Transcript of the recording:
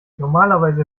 normalerweise